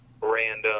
random